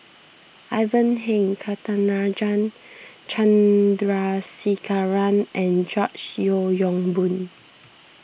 Ivan Heng Catarajan Chandrasekaran and George Yeo Yong Boon